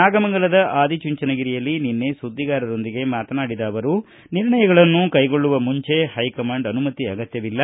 ನಾಗಮಂಗಲದ ಆದಿಚುಂಚನಗಿರಿಯಲ್ಲಿ ನಿನ್ನೆ ಸುದ್ದಿಗಾರರೊಂದಿಗೆ ಮಾತನಾಡಿದ ಅವರು ನಿರ್ಣಯಗಳನ್ನು ಕ್ಕೆಗೊಳ್ಳುವ ಮುಂಚೆ ಪೈಕಮಾಂಡ್ ಅನುಮತಿ ಅಗತ್ತವಿಲ್ಲ